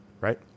right